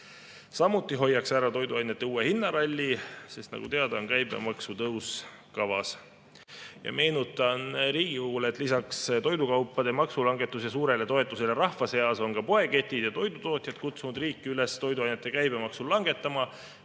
Samuti hoiaks see ära toiduainete uue hinnaralli, sest nagu on teada, on kavas käibemaksu tõsta. Meenutan Riigikogule, et lisaks toidukaupade maksulangetuse suurele toetusele rahva seas on ka poeketid ja toidutootjad kutsunud riiki üles toiduainete käibemaksu langetama,